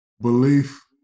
belief